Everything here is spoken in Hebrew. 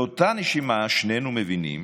באותה נשימה, שנינו מבינים